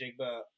Jigba